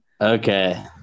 Okay